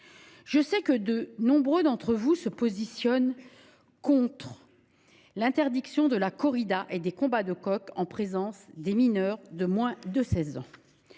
Je sais que beaucoup d’entre vous se positionnent contre l’interdiction de la corrida et des combats de coqs en présence de mineurs de moins de seize ans.